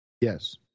Yes